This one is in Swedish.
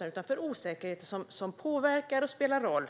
av den osäkerhet som påverkar företagarna.